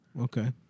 Okay